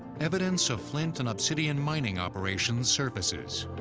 evidence of flint and obsidian mining operation surfaces.